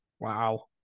wow